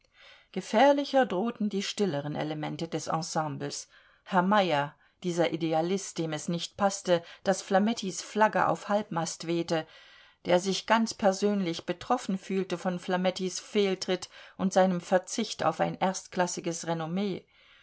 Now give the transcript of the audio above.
gefährlicher drohten die stilleren elemente des ensembles herr meyer dieser idealist dem es nicht paßte daß flamettis flagge auf halbmast wehte der sich ganz persönlich betroffen fühlte von flamettis fehltritt und seinem verzicht auf ein erstklassiges renomee